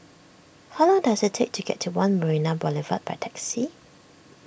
how long does it take to get to one Marina Boulevard by taxi